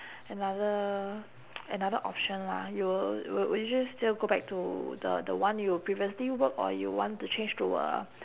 another another option lah you will w~ will you just still go back to the the one you previously work or you want to change to a